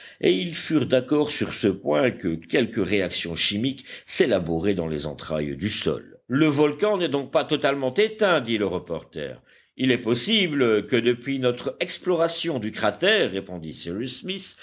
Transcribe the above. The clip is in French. et ils furent d'accord sur ce point que quelque réaction chimique s'élaborait dans les entrailles du sol le volcan n'est donc pas totalement éteint dit le reporter il est possible que depuis notre exploration du cratère répondit cyrus smith